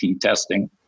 testing